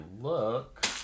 look